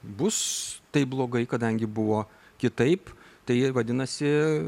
bus taip blogai kadangi buvo kitaip tai vadinasi